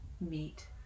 meet